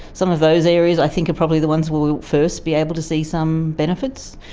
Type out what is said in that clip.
some of those areas i think are probably the ones we'll we'll first be able to see some benefits.